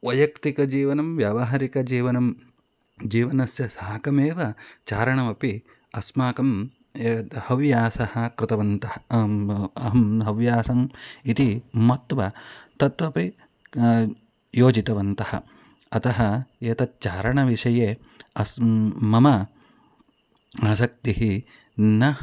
वैयक्तिकजीवनं व्यावहारिकजीवनं जीवनस्य साकमेव चारणमपि अस्माकं व्यासः कृतवन्तः अहं अभ्यासम् इति मत्वा तत् अपि योजितवन्तः अतः एतत् चारणविषये अस्ति मम आसक्तिः न